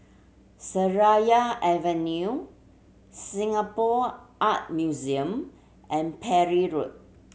Seraya Avenue Singapore Art Museum and Parry Road